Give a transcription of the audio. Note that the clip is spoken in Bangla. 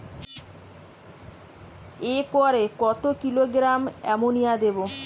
একরে কত কিলোগ্রাম এমোনিয়া দেবো?